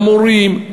המורים,